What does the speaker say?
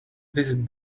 visit